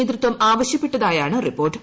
നേതൃത്വം ആവശ്യപ്പെട്ടതായാണ് റിപ്പോർട്ട്